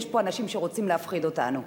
יש פה אנשים שרוצים להפחיד אותנו.